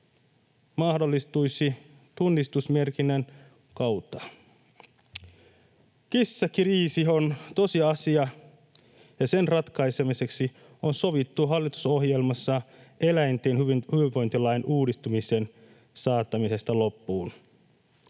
mahdollistuisi tunnistusmerkinnän kautta. Kissakriisi on tosiasia, ja sen ratkaisemiseksi on sovittu hallitusohjelmassa eläinten hyvinvointilain uudistamisen saattamisesta loppuun.